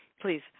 please